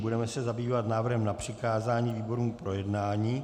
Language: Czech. Budeme se zabývat návrhem na přikázání výborům k projednání.